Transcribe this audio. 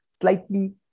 slightly